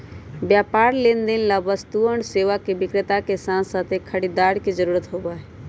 व्यापार लेनदेन ला वस्तुअन और सेवा के विक्रेता के साथसाथ एक खरीदार के जरूरत होबा हई